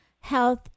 health